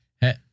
Hey